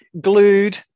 glued